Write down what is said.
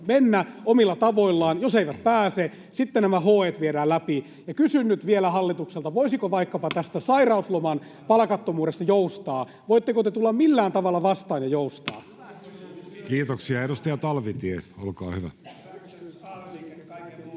mennä omilla tavoillaan. Jos he eivät pääse, sitten nämä HE:t viedään läpi. Kysyn nyt vielä hallitukselta: Voisiko vaikkapa tästä sairausloman palkattomuudesta joustaa? Voitteko te tulla millään tavalla vastaan ja joustaa? [Vasemmistoliiton ryhmästä: